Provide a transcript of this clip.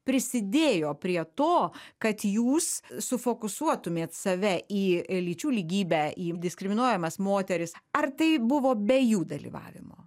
prisidėjo prie to kad jūs sufokusuotumėt save į lyčių lygybę į diskriminuojamas moteris ar tai buvo be jų dalyvavimo